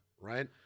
Right